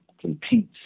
competes